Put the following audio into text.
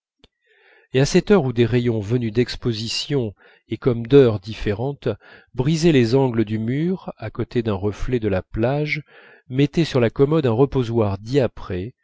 et à cette heure où des rayons venus d'expositions et comme d'heures différentes brisaient les angles du mur à côté d'un reflet de la plage mettaient sur la commode un reposoir